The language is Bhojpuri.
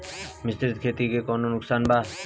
मिश्रित खेती से कौनो नुकसान वा?